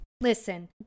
Listen